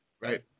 right